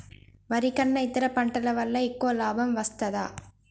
వరి కన్నా ఇతర పంటల వల్ల ఎక్కువ లాభం వస్తదా?